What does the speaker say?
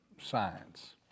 science